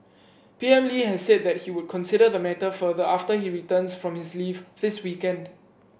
P M Lee has said that he would consider the matter further after he returns from his leave this weekend